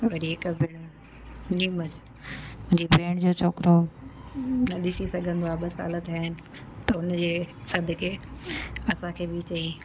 वरी हिक भेणु नीमज मुंहिंजी भेण जो छोकिरो न ॾिसी सघंदो आहे ॿ साल थिया आहिनि त उन जे सदिके असांखे बि चयईं